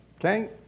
okay